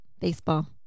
Baseball